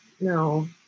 No